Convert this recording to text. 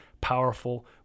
powerful